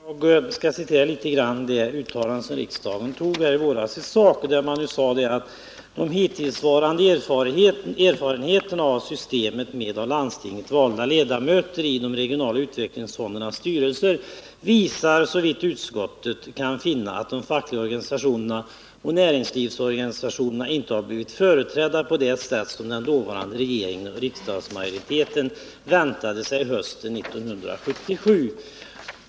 Frågan om de fackliga organisationernas och företagsorganisationernas rätt att utse representanter till de regionala utvecklingsfondernas styrelser var föremål för riksdagens behandling senast våren 1979, då riksdagen på förslag av näringsutskottet beslutade uttala i sak följande: De hittillsvarande erfarenheterna av systemet med av landstinget valda ledamöter i de regionala utvecklingsfondernas styrelser visar att de fackliga organisationerna och näringslivsorganisationerna inte har blivit företrädda på det sätt som den dåvarande regeringen och riksdagsmajoriteten väntade sig hösten 1977.